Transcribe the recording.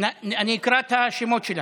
אני אקרא את השמות שלהם: